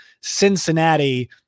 Cincinnati